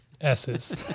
S's